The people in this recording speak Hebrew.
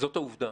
זאת העובדה